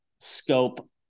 scope